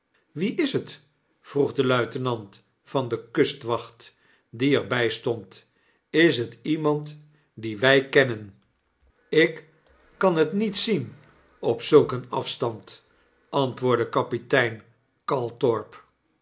wie is het vroeg de luitenant van de kustwacht die er by stond is het iemand dien wij kennen ik kan het niet zien op zulk een afstand antwoordde kapitein